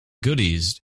goodies